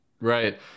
Right